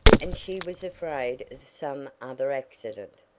and she was afraid of some other accident.